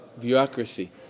bureaucracy